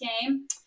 game